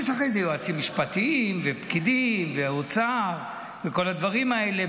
יש אחרי זה יועצים משפטיים ופקידים ואוצר וכל הדברים האלה.